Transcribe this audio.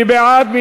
מי בעד?